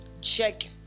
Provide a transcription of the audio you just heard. check